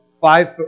five